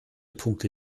punkte